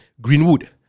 Greenwood